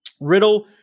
Riddle